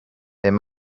there